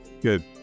good